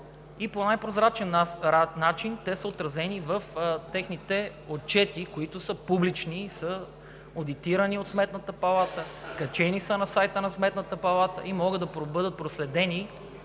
и по най-прозрачен начин те са отразени в техните отчети, които са публични и са одитирани от Сметната палата, качени са на сайта ѝ и може да бъде проследено